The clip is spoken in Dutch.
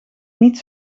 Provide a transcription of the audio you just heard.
niet